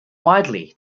widely